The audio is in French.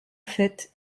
fait